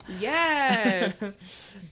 yes